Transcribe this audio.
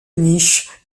niches